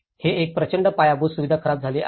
हे एक प्रचंड पायाभूत सुविधा खराब झाली आहे